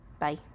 Bye